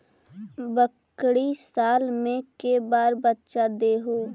बकरी साल मे के बार बच्चा दे है?